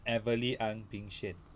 evelie ang bing xuan